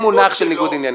אין מונח של ניגוד עניינים.